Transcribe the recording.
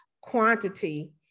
quantity